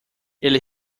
ele